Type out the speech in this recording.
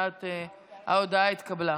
ההודעה התקבלה.